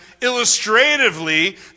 illustratively